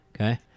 Okay